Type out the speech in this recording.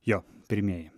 jo pirmieji